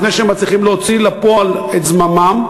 לפני שהם מצליחים להוציא לפועל את זממם,